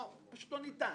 לא ניתן.